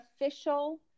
official